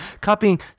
copying